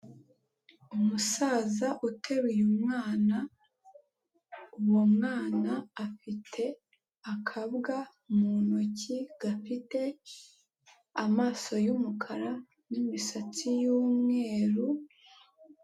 Umusaza uteruye umwana, uwo mwana afite akabwa mu ntoki gafite amaso y'umukara n'imisatsi y'umweru.